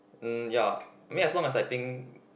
mm ya I mean as long as I think